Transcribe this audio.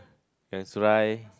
that's why